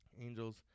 Angels